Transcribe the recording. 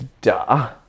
duh